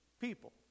people